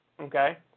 okay